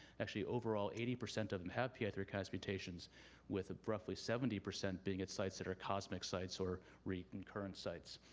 actually, overall eighty percent of them have p i three kinase mutations with roughly seventy percent being at sites that are cosmic sites or recurrent sites.